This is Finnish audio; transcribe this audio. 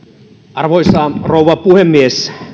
arvoisa rouva puhemies